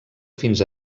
fins